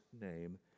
name